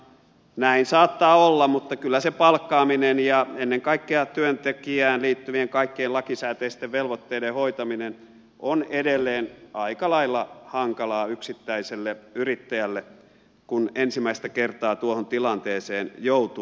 näin saattaa olla mutta kyllä se palkkaaminen ja ennen kaikkea työntekijään liittyvien kaikkien lakisääteisten velvoitteiden hoitaminen on edelleen aika lailla hankalaa yksittäiselle yrittäjälle kun ensimmäistä kertaa tuohon tilanteeseen joutuu